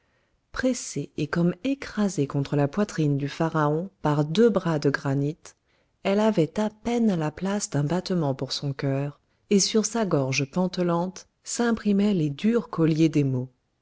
pressée et comme écrasée contre la poitrine du pharaon par deux bras de granit elle avait à peine la place d'un battement pour son cœur et sur sa gorge pantelante s'imprimaient les durs colliers d'émaux les